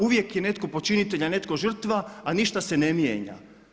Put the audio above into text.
Uvijek je netko počinitelj a netko žrtva, a ništa se ne mijenja.